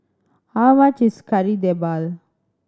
how much is Kari Debal